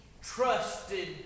trusted